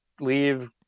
leave